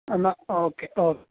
എന്നാൽ okay book ചെഓ